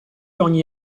ogni